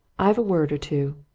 i've a word or two.